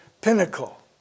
pinnacle